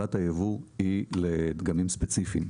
שהגבלת הייבוא היא לדגמים ספציפיים.